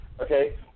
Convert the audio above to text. okay